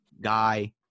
guy